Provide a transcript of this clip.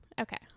okay